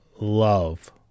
love